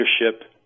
leadership